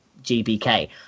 gbk